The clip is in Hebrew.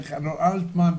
דרך אלטמן,